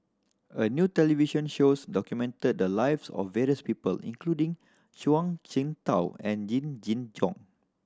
a new television shows documented the lives of various people including Zhuang Shengtao and Yee Jenn Jong